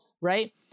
right